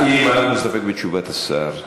האם אתה מסתפק בתשובת השר?